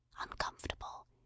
uncomfortable